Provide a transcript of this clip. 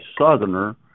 Southerner